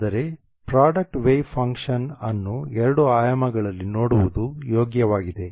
ಆದರೆ product wave function ಅನ್ನು ಎರಡು ಆಯಾಮಗಳಲ್ಲಿ ನೋಡುವುದು ಯೋಗ್ಯವಾಗಿದೆ